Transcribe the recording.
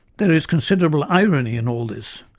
there is considerable irony in all this.